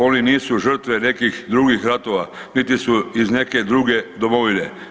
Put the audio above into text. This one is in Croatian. One nisu žrtve nekih drugih ratova niti su iz neke druge domovine.